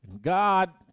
God